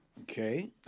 Okay